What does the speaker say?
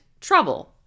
trouble